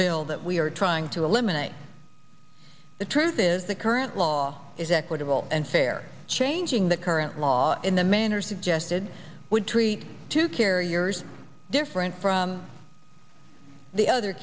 bill that we are trying to eliminate the truth is the current law is equitable and fair changing the current law in the manner suggested would treat two carriers different from the other